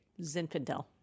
zinfandel